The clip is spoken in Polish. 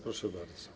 Proszę bardzo.